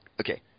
okay